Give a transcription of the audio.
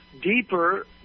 deeper